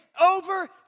over